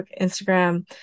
Instagram